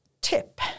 tip